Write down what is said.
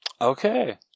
Okay